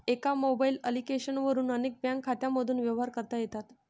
एका mobile application वरून अनेक बँक खात्यांमधून व्यवहार करता येतात